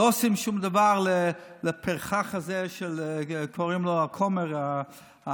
לא עושים שום דבר לפרחח הזה שקוראים לו הכומר קריב,